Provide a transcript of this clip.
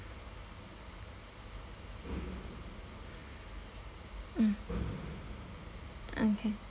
mm okay